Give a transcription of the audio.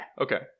okay